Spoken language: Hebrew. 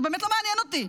זה באמת לא מעניין אותי.